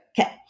Okay